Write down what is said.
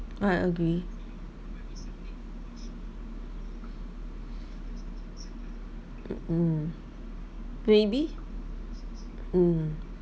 I agree mm maybe mm